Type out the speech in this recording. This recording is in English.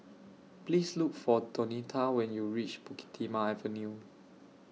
Please Look For Donita when YOU REACH Bukit Timah Avenue